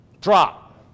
drop